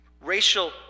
Racial